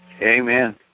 Amen